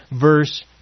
verse